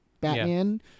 Batman